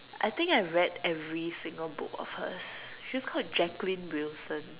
I think I read every single book of hers she's called Jacqueline Wilson